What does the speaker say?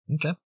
Okay